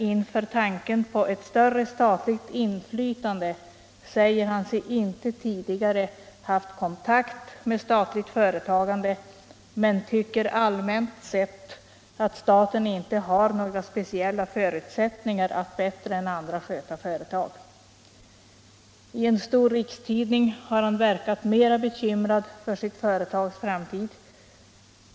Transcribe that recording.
Inför tanken på ett större statligt inflytande säger han sig inte ha haft kontakt med statligt företagande men tycker allmänt att staten inte har några speciella förutsättningar att bättre än andra sköta företag. I en stor rikstidning har han verkat mera bekymrad för sitt företags framtid.